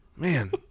Man